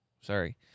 sorry